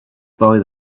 buy